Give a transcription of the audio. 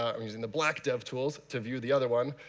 i'm using the black dev tools to view the other one.